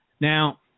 Now